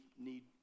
need